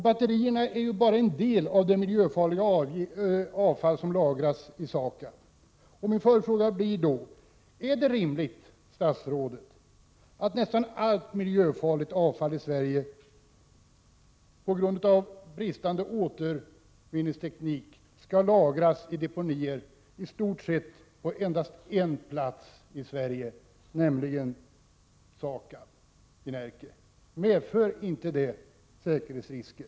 Batterierna är bara en del av det miljöfarliga avfall som lagras i SAKAB, och min följdfråga till statsrådet blir då: Är det rimligt att nästan allt miljöfarligt avfall i Sverige på grund av bristande återvinningsteknik skall lagras i en deponeringsanläggning på endast en plats i Sverige, nämligen SAKAB i Närke? Medför inte det säkerhetsrisker?